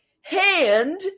hand